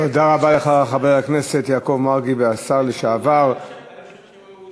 תודה רבה לך, חבר הכנסת והשר לשעבר יעקב מרגי.